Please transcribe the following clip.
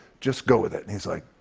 just go with it. and he's like,